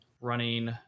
running